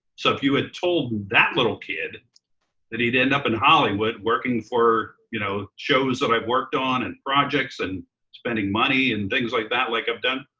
so if you had told that little kid that he'd end up in hollywood working for you know shows that i've worked on and projects and spending money and things like that like i've done,